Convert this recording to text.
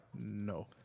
No